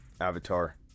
Avatar